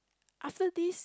after this